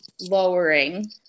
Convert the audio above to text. lowering